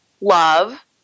love